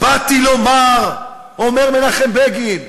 "באתי לומר" אומר מנחם בגין,